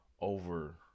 over